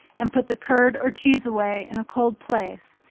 and put the curd or cheese away in a cold place,